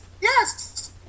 Yes